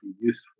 useful